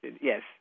Yes